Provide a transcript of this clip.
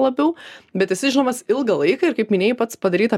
labiau bet esi žinomas ilgą laiką ir kaip minėjai pats padarei tą